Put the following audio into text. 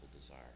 desire